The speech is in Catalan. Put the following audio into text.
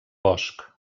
bosc